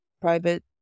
private